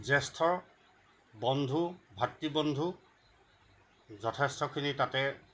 জ্যেষ্ঠ বন্ধু ভাতৃ বন্ধু যথেষ্টখিনি তাতে